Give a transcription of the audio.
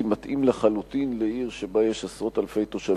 מתאים לחלוטין לעיר שיש בה עשרות אלפי תושבים.